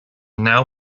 now